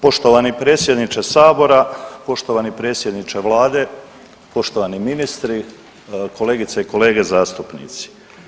Poštovani predsjedniče sabora, poštovani predsjedniče vlade, poštovani ministri, kolegice i kolege zastupnici.